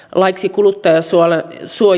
kuluttajansuojalain